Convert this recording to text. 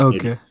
Okay